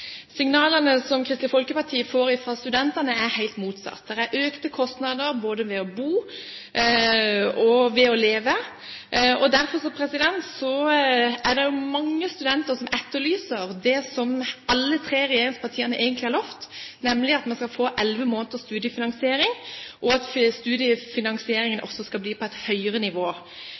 Signalene som Kristelig Folkeparti får fra studentene, er helt motsatt – det er økte kostnader både ved å bo og ved å leve. Derfor er det mange studenter som etterlyser det som alle tre regjeringspartiene egentlig har lovt, nemlig at man skal få elleve måneders studiefinansiering, og at studiefinansieringen også skal bli på et høyere nivå.